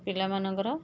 ପିଲାମାନଙ୍କର